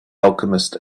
alchemist